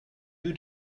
you